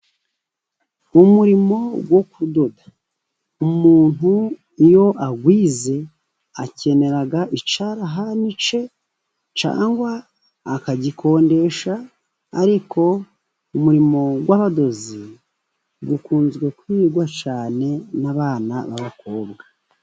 Umurimo wo kudoda umuntu iyo awize akenera icyarahani cyangwa akagikodesha, ariko umurimo w'ubodozi ukunzwe kwigwa cyane n'abana b'abakobwa.